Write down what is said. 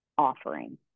offering